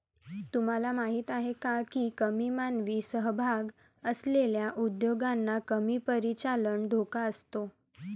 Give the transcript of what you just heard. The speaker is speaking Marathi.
तुम्हाला माहीत आहे का की कमी मानवी सहभाग असलेल्या उद्योगांना कमी परिचालन धोका असतो?